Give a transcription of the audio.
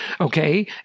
Okay